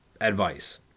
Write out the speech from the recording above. advice